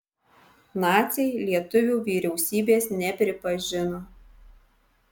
naciai lietuvių vyriausybės nepripažino